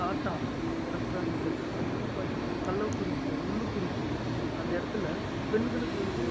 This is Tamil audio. டாட்டா எலெக்ட்ரானிக்கல் அது வந்து பார்த்தீங்கன்னா கள்ளக்குறிக்கி உள்ளுக்குறிக்கி அந்த இடத்துல பெண்களுக்கு வந்து